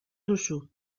duzu